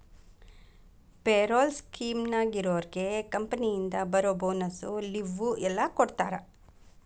payroll ಸ್ಕೇಮ್ನ್ಯಾಗ ಇರೋರ್ಗೆ ಕಂಪನಿಯಿಂದ ಬರೋ ಬೋನಸ್ಸು ಲಿವ್ವು ಎಲ್ಲಾ ಕೊಡ್ತಾರಾ